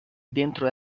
dentro